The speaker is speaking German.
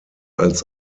als